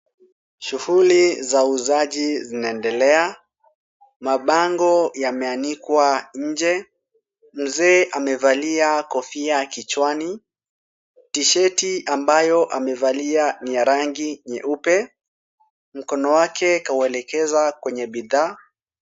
Shughuli za uuzaji zinaendelea. Mabango yameanikwa nje. Mzee amevalia kofia kichwani. Tisheti ambayo amevalia ni ya rangi nyeupe. Mkono wake kauelekeza kwenye bidhaa.